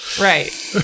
Right